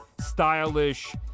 stylish